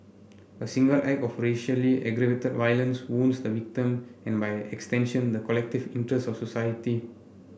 a single act of racially aggravated violence wounds the victim and by extension the collective interest of society